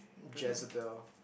Jezebel